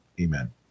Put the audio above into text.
Amen